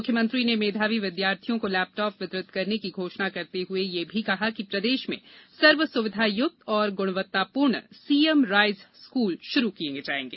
मुख्यमंत्री ने मेघावी विद्यार्थियों को लेपटाप वितरित करने की घोषणा करते हुए यह भी कहा कि प्रदेश में सर्वसुविधायुक्त और गुणवत्तापूर्ण सीएम राइज स्कूल प्रारंभ होंगे